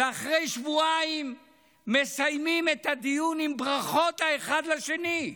ואחרי שבועיים מסיימים את הדיון עם ברכות האחד לשני,